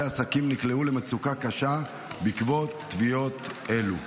עסקים נקלעו למצוקה קשה בעקבות תביעות אלו.